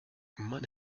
man